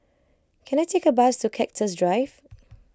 can I take a bus to Cactus Drive